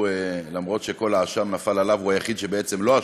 שאף שכל האשם נפל עליו הוא היחיד שבעצם לא אשם,